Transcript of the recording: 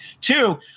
Two